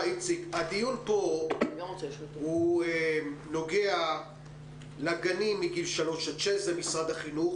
הדיון פה נוגע לגנים מגיל שלוש עד שש שזה משרד החינוך.